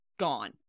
gone